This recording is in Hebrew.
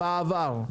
בעבר.